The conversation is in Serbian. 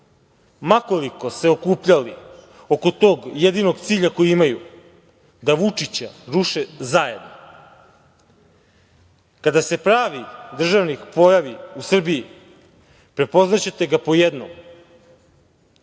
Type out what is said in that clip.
ma koliko se okupljali oko tog jedinog cilja koji imaju, da Vučića ruše zajedno. Kada se pravi državnik pojavi u Srbiji prepoznaćete ga po jednom,